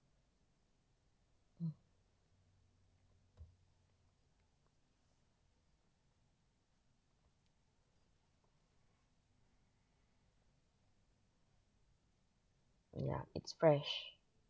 mm ya it's fresh